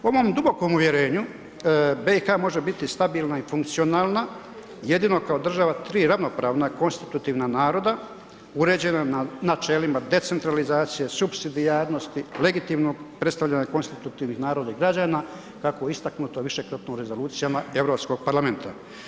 Po mom dubokom uvjerenju, BiH može biti stabilna i funkcionalna jedino kao država 3 ravnopravna konstitutivna naroda uređena na načelima decentralizacije, supsidijarnosti, legitimnog predstavljanja konstitutivnih naroda i građana, kako je istaknuto višekratno u rezolucijama Europskog parlamenta.